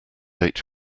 eight